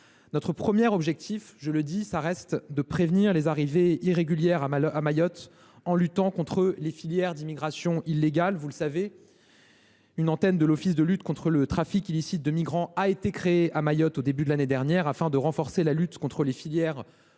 Notre premier objectif reste de prévenir les arrivées irrégulières à Mayotte en luttant contre les filières de l’immigration illégale. Vous le savez, une antenne de l’Office de lutte contre le trafic illicite de migrants (Oltim) y a été créée au début de l’année dernière, afin de renforcer la lutte contre les filières de